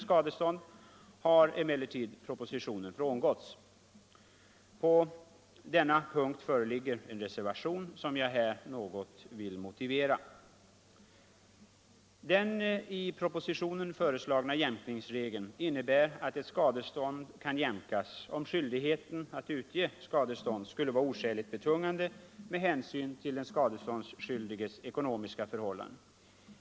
Den i propositionen föreslagna jämkningsregeln innebär att ett skadestånd kan jämkas om skyldigheten att utge skadestånd skulle vara oskäligt betungande med hänsyn till den skadeståndsskyldiges ekonomiska förhållanden.